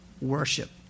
worship